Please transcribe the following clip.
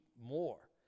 more